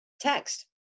text